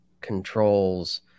controls